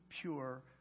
pure